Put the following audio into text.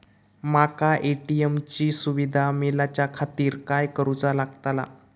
माका ए.टी.एम ची सुविधा मेलाच्याखातिर काय करूचा लागतला?